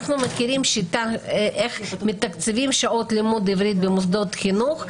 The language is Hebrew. אנחנו מכירים את השיטה איך מתקצבים שעות לימוד עברית במוסדות חינוך,